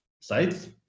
sites